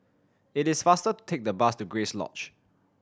it is faster to take the bus to Grace Lodge